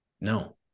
no